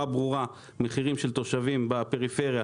ברורה שיש מקומות שבהם תושבי הפריפריה,